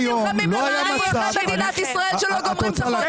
נלחמים למען אזרחי מדינת ישראל שלא גומרים את החודש.